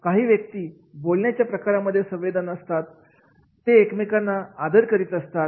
काही व्यक्ती बोलण्याच्या प्रकारांमध्ये संवेदनशील असतात ते एकमेकांना आदर करीत असतात